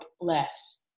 less